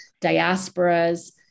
diasporas